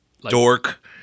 Dork